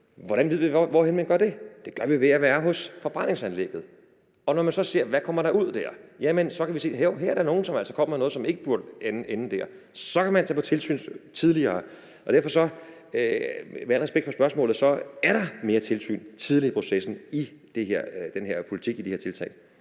Hvordan ved vi hvorhenne man gør det? Det gør vi ved at være på forbrændingsanlægget. Når man så ser på, hvad der kommer ud der, kan man se, om der er nogen, som kommer med noget, som ikke burde ende der. Så kan man tage på tilsyn tidligere, og derfor er der, med al respekt for spørgsmålet, flere tilsyn tidligt i processen i den her politik, i det her tiltag.